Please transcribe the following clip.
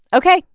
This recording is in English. ok.